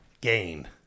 gain